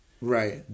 Right